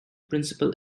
principal